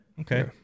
Okay